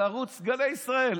על ערוץ גלי ישראל.